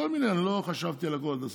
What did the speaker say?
אני לא חשבתי על זה עד הסוף,